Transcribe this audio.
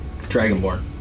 Dragonborn